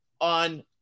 on